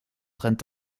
trennt